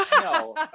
no